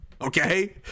Okay